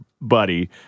buddy